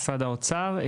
משרד האוצר,